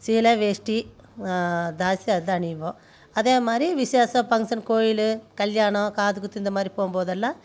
சேலை வேஷ்டி ஜாஸ்தி அதான் அணிவோம் அதே மாதிரி விசேசம் பங்க்சனு கோவிலு கல்யாணம் காதுக்குத்து இந்த மாதிரி போகும்போதெல்லாம்